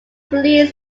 released